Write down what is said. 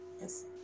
Yes